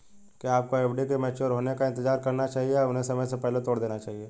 क्या आपको एफ.डी के मैच्योर होने का इंतज़ार करना चाहिए या उन्हें समय से पहले तोड़ देना चाहिए?